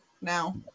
now